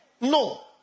No